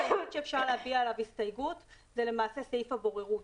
הסעיף היחיד שאפשר להביע עליו הסתייגות זה למעשה סעיף הבוררות.